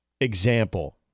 example